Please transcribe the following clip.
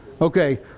Okay